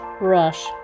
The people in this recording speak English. rush